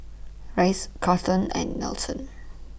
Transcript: Rice Charlton and Nelson